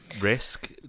risk